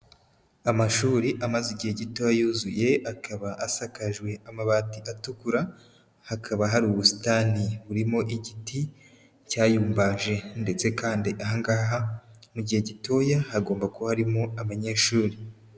Amashuri amaze igihe gitoya yuzuye, akaba asakajwe amabati atukura, hakaba hari ubusitani burimo igiti cyayumbaje ndetse kandi ahangaha mu gihe gitoya hagomba kuba harimo abanyeshuri.